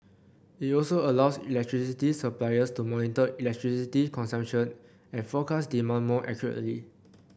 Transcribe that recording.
it also allows electricity suppliers to monitor electricity consumption and forecast demand more accurately